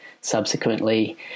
subsequently